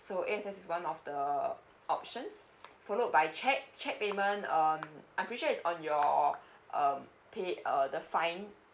so A_X_S is one of the options followed by checque checque payment um I'm pretty sure it's on your um pay uh the fine